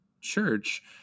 church